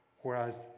Whereas